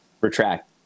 retract